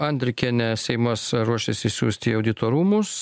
andrikienę seimas ruošiasi siųst į audito rūmus